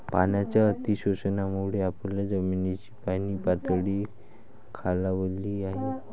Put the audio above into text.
पाण्याच्या अतिशोषणामुळे आपल्या जमिनीची पाणीपातळी खालावली आहे